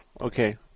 Okay